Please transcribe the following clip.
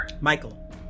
Michael